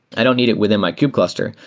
i don't need it within my kub cluster,